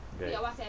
okay